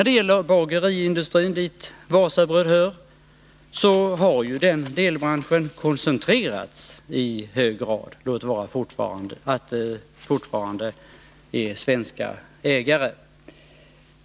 Delbranschen bageriindustrin, dit Wasabröd hör, har i hög grad koncentrerats — låt vara att den fortfarande är svenskägd.